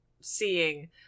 seeing